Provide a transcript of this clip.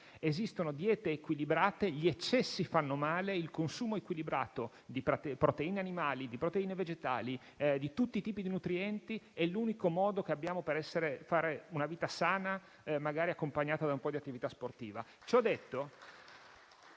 Esistono diete equilibrate. Gli eccessi fanno male, ma il consumo equilibrato di proteine animali, di proteine vegetali e di tutti i tipi di nutrienti è l'unico modo che abbiamo per fare una vita sana, magari accompagnata da un po' di attività sportiva.